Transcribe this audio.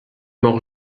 mort